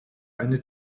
eine